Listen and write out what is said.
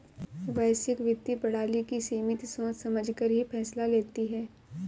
वैश्विक वित्तीय प्रणाली की समिति सोच समझकर ही फैसला लेती है